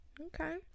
Okay